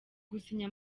gusinya